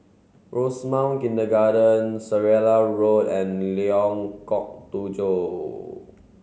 Rosemount Kindergarten Seraya Road and Lengkok Tujoh